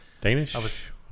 Danish